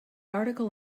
article